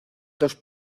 dos